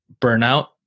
burnout